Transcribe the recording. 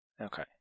Okay